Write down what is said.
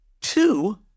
Two